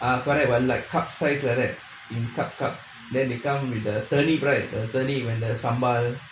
ah correct like cup size like that in cup cup they come with a thirty right the the sambal